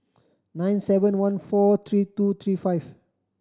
nine seven one four three two three five